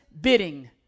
bidding